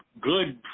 good